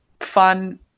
fun